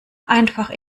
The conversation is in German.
einfach